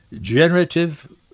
generative